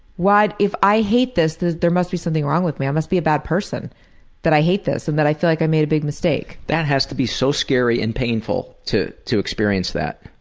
if i hate this this there must be something wrong with me. i must be a bad person that i hate this and that i feel like i made a big mistake. that has to be so scary and painful, to to experience that.